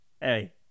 hey